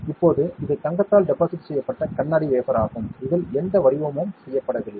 இப்போது இது தங்கத்தால் டெபாசிட் செய்யப்பட்ட கண்ணாடி வேஃபர் ஆகும் இதில் எந்த வடிவமும் செய்யப்படவில்லை